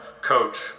coach